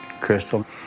Crystal